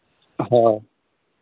हाँ